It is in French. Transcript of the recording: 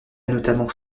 notamment